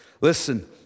Listen